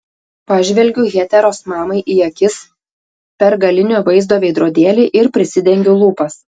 pažvelgiu heteros mamai į akis per galinio vaizdo veidrodėlį ir prisidengiu lūpas